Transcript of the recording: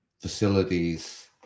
facilities